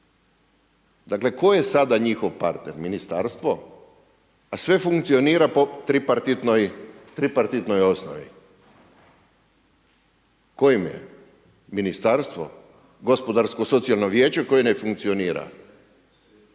Dakle tko je sada njihov partner, ministarstvo? A sve funkcionira po tripartitnoj osnovi. Tko im je? Ministarstvo? Gospodarsko socijalno vijeće koje ne funkcionira?